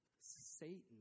Satan